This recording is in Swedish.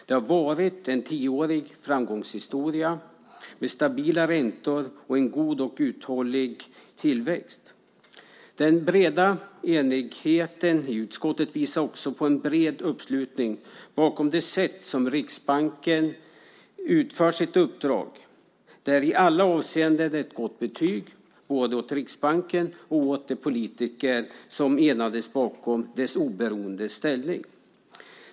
Det har varit en tioårig framgångshistoria med stabila räntor och en god och uthållig tillväxt. Den breda enigheten i utskottet visar också en bred uppslutning bakom det sätt som Riksbanken utför sitt uppdrag på. Det är i alla avseenden ett gott betyg både åt Riksbanken och åt de politiker som enades bakom dess oberoende ställning.